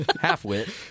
half-wit